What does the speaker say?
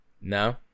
No